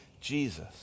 Jesus